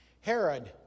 Herod